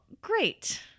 great